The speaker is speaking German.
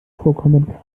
vorkommenden